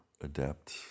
adept